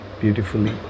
beautifully